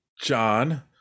John